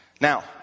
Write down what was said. Now